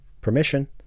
permission